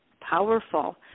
powerful